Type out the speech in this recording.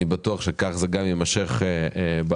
אני בטוח שכך זה יימשך גם בעתיד.